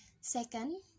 Second